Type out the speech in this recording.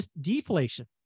deflation